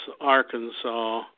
Arkansas